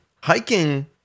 Hiking